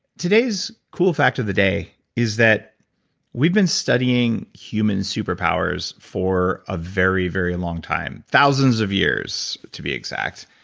today's cool fact of the day is that we've been studying human super powers for a very, very long time. thousands of year, to be exact.